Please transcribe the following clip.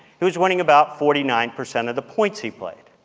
he was winning about forty nine percent of the points he played.